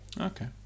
Okay